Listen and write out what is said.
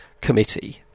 committee